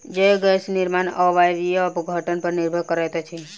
जैव गैस निर्माण अवायवीय अपघटन पर निर्भर करैत अछि